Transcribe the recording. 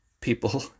people